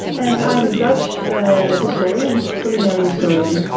and i'm a dutch ah historian, culinary historian,